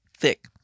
thick